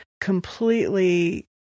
completely